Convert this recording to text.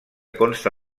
consta